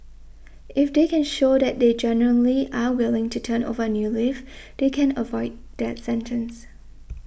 if they can show that they genuinely are willing to turn over a new leaf they can avoid that sentence